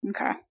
Okay